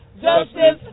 Justice